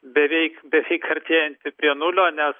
beveik beveik artėjanti prie nulio nes